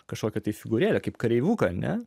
kažkokią figūrėlę kaip kareivuką ne